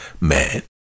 man